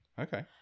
Okay